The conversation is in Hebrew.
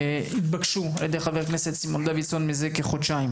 שהתבקשו על ידי חבר הכנסת דוידסון מזה כחודשיים.